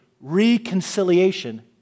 reconciliation